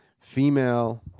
female